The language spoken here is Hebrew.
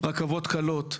רכבות קלות,